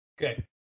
Okay